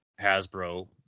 Hasbro